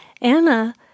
Anna